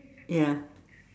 ya